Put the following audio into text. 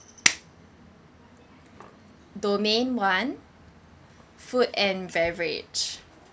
domain one food and beverage